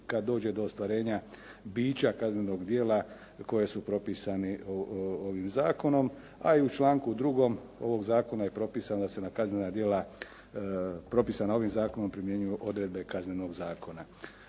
kad dođe do ostvarenja bića kaznenog djela koji su propisani ovim zakonom, a i u članku 2. ovog zakona je propisano da se na kaznena djela propisana ovim zakonom primjenjuju odredbe Kaznenog zakona.